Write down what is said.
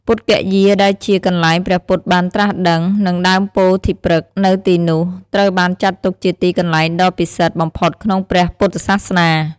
ពុទ្ធគយាដែលជា កន្លែងព្រះពុទ្ធបានត្រាស់ដឹង និងដើមពោធិព្រឹក្សនៅទីនោះ ត្រូវបានចាត់ទុកជាទីកន្លែងដ៏ពិសិដ្ឋបំផុតក្នុងព្រះពុទ្ធសាសនា។